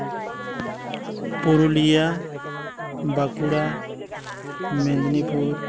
Purulia Bankura Medinipur